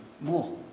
more